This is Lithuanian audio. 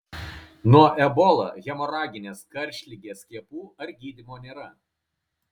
nuo ebola hemoraginės karštligės skiepų ar gydymo nėra